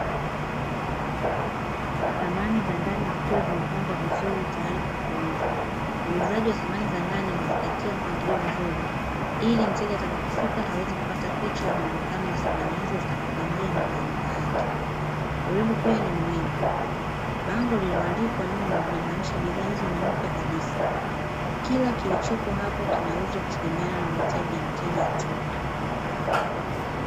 Samani za ndani zikiwa zimepangwa vizuri tayari kwa kuuzwa, uuzaji wa samani za ndani unazingatia mpangilio mzuri ili mteja atakapofika aweze kupata picha ya muonekano wa samani hizo zitakapoingia ndani ya nyumba yake. Urembo pia ni muhimu, bango lililoandikwa'"nyiu"linamaanisha bidhaa hizo ni mpya kabisa, kila kilichopo hapo kinauzwa kutegemeana na mahitaji ya mteja tu.